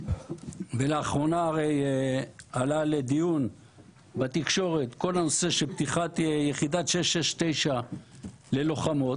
ולאחרונה הרי עלה לדיון בתקשורת כל הנושא של פתיחת יחידת 669 ללוחמות,